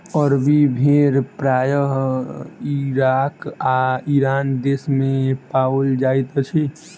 अरबी भेड़ प्रायः इराक आ ईरान देस मे पाओल जाइत अछि